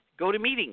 GoToMeeting